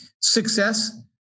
Success